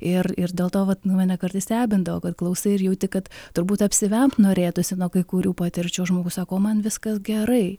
ir ir dėl to vat nu mane kartais stebindavo kad klausai ir jauti kad turbūt apsivemt norėtųsi nuo kai kurių patirčių o žmogus sako o man viskas gerai